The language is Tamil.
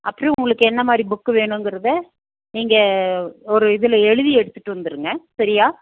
அப்புறம் உங்களுக்கு என்ன மாதிரி புக்கு வேணுங்கிறதை நீங்கள் ஒரு இதில் எழுதி எடுத்துகிட்டு வந்துருங்க சரியா